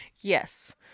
yes